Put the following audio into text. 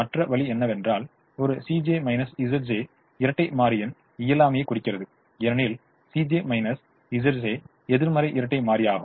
மற்ற வழி என்னவென்றால் ஒரு இரட்டை மாறியின் இயலாமையைக் குறிக்கிறது ஏனெனில் எதிர்மறை இரட்டை மாறியாகும்